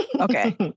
Okay